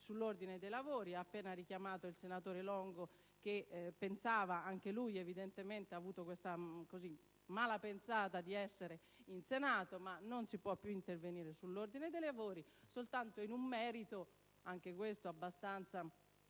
sull'ordine dei lavori. Lei ha appena richiamato il senatore Longo, Presidente, che evidentemente ha avuto anche lui questa mala pensata di essere in Senato; non si può più intervenire sull'ordine dei lavori ma soltanto in merito - anche questo abbastanza